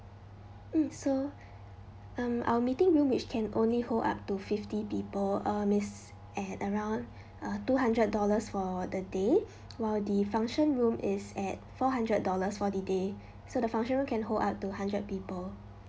mm so um our meeting room which can only hold up to fifty people err miss at around uh two hundred dollars for the day while the function room is at four hundred dollars for the day so the function room can hold up to hundred people